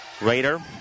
Raider